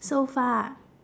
so far